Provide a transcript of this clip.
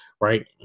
right